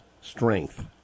strength